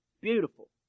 beautiful